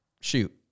shoot